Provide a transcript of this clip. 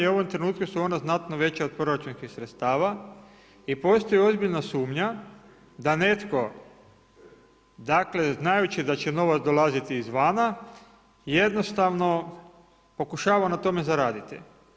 U ovom trenutku su ona znatno veća od proračunskih sredstava i postoji ozbiljna sumnja da netko znajući da će novac dolaziti izvana jednostavno pokušava na tome zaraditi.